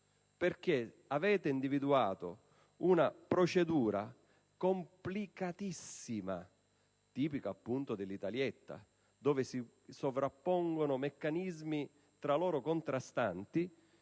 Avete individuato una procedura complicatissima, tipica appunto dell'Italietta, nella quale si sovrappongono meccanismi tra loro contrastanti,